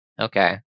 Okay